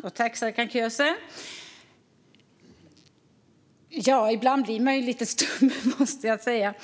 Fru talman! Tack, Serkan Köse, för frågorna! Ibland blir man lite förstummad, måste jag säga.